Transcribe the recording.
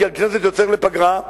כי הכנסת יוצאת לפגרה,